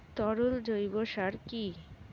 তরল জৈব সার কি?